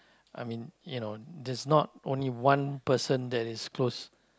I mean you know there's not only one person who is close